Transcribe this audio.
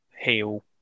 heel